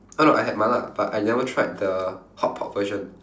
uh no I had mala but I've never tried the hotpot version